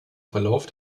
verlauf